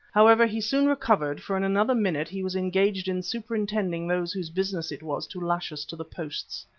however, he soon recovered, for in another minute he was engaged in superintending those whose business it was to lash us to the posts.